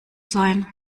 sein